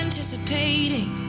Anticipating